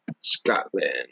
Scotland